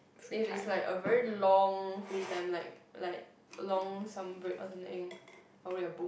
if it's like a very long free time like like a long sum break or something probably I'll book